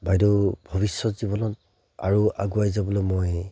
বাইদেউ ভৱিষ্যত জীৱনত আৰু আগুৱাই যাবলৈ মই